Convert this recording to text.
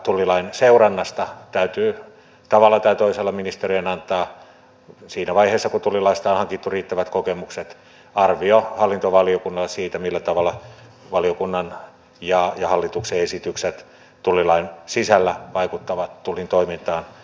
tullilain seurannasta täytyy tavalla tai toisella ministeriön antaa siinä vaiheessa kun tullilaista on hankittu riittävät kokemukset arvio hallintovaliokunnalle siitä millä tavalla valiokunnan ja hallituksen esitykset tullilain sisällä vaikuttavat tullin toimintaan